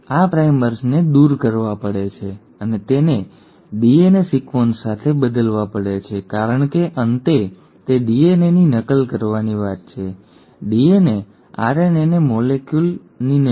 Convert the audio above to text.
આ તમામ પ્રાઇમર્સને દૂર કરવા પડે છે અને તેને ડીએનએ સિક્વન્સ સાથે બદલવા પડે છે કારણ કે અંતે તે ડીએનએની નકલ કરવાની વાત છે ડીએનએ આરએનએ મોલેક્યુલની નહીં